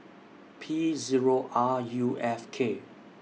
P Zero R U F K